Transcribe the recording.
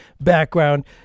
background